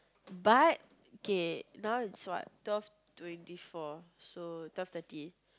but okay now is what twelve twenty four so twelve thirty